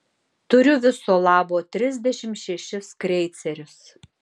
turiu viso labo trisdešimt šešis kreicerius